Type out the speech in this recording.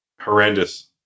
horrendous